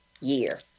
year